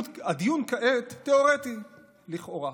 הדיון כעת תיאורטי לכאורה,